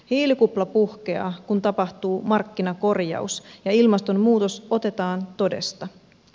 hiilikupla puhkeaa kun tapahtuu markkinakorjaus ja ilmastonmuutos otetaan todesta